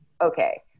okay